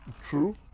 True